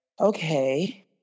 okay